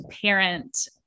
parent